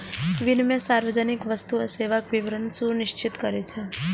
विनियम सार्वजनिक वस्तु आ सेवाक वितरण सुनिश्चित करै छै